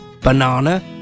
banana